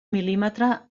mil·límetre